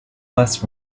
less